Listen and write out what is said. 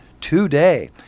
today